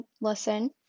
listen